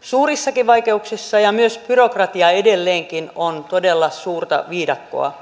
suurissakin vaikeuksissa ja myös byrokratia edelleenkin on todella suurta viidakkoa